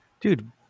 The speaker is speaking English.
Dude